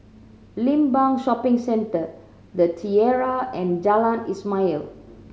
Limbang Shopping Centre The Tiara and Jalan Ismail